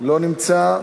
לא נמצא.